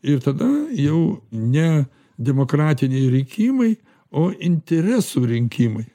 ir tada jau ne demokratiniai rinkimai o interesų rinkimai